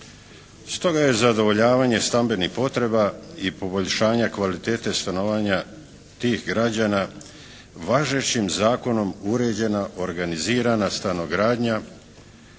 Stoga je zadovoljavanje stambenih potreba i poboljšanja kvalitete stanovanja tih građana važećim zakonom uređeno organizirana stanogradnja